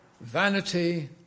vanity